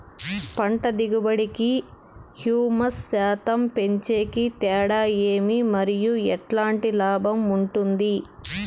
పంట దిగుబడి కి, హ్యూమస్ శాతం పెంచేకి తేడా ఏమి? మరియు ఎట్లాంటి లాభం ఉంటుంది?